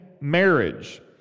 marriage